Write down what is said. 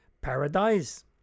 paradise